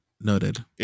noted